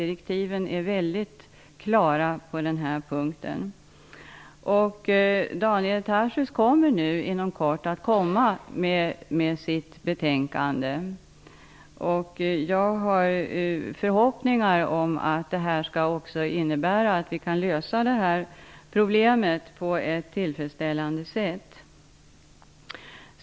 Direktiven är mycket klara på den punkten. Daniel Tarschys kommer inom kort att lägga fram sitt betänkande. Jag har förhoppningar om att det skall innebära att vi kan lösa detta problem på ett tillfredsställande sätt.